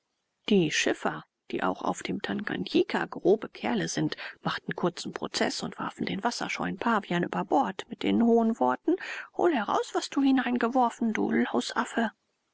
die schiffer die auch auf dem tanganjika grobe kerle sind machten kurzen prozeß und warfen den wasserscheuen pavian über bord mit den hohnworten hole heraus was du hineingeworfen du lausaffe